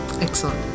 Excellent